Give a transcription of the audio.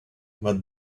what